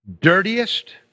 dirtiest